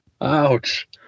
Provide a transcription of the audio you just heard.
Ouch